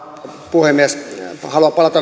puhemies haluan palata